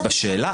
יש פה איזה כשל.